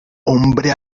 hombre